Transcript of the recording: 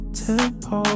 tempo